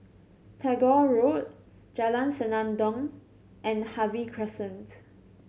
Tagore Road Jalan Senandong and Harvey Crescent